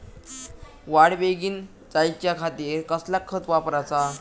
वाढ बेगीन जायच्या खातीर कसला खत वापराचा?